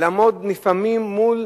לעמוד נפעמים מול